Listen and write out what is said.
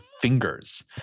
fingers